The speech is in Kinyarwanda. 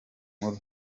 nkuru